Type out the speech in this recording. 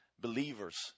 believers